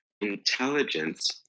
intelligence